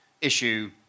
issue